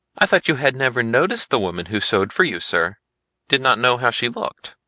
i thought you had never noticed the woman who sewed for you, sir did not know how she looked?